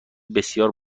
بسیار